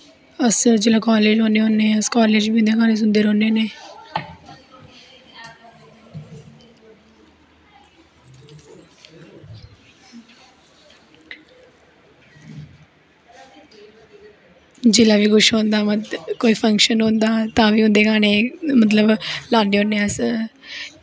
अस जिसलै कालेज़ होने होने अस कालेज़ बी उंदे गानें सुनदे रौह्ने होने जिसलै बी कुश होंदा कोई फंक्शन होंदा तां बी उंदे गानें मतलव लान्ने होने अस